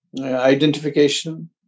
identification